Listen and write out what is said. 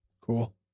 cool